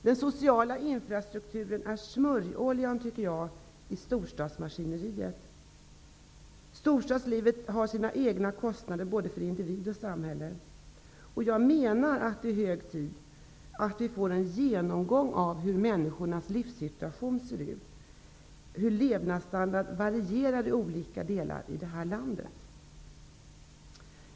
Den sociala infrastrukturen är smörjoljan i storstadsmaskineriet. Storstadslivet har sina egna kostnader både för individ och samhälle. Jag menar att det är hög tid att det sker en genomgång av hur människornas livssituation ser ut och hur levnadsstandarden varierar i olika delar av landet.